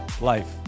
life